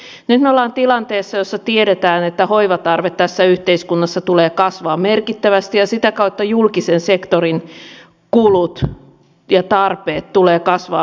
nyt me olemme tilanteessa jossa tiedetään että hoivan tarve tässä yhteiskunnassa tulee kasvamaan merkittävästi ja sitä kautta julkisen sektorin kulut ja tarpeet tulevat kasvamaan merkittävästi